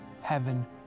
heaven